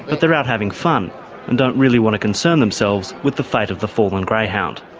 but they're out having fun and don't really want to concern themselves with the fate of the fallen greyhound.